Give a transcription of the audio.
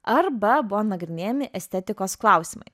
arba buvo nagrinėjami estetikos klausimai